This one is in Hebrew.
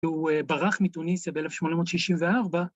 ‫שהוא ברח מטוניסיה ב-1864.